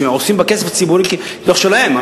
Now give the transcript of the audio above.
שעושים בכסף הציבורי כבתוך שלהם.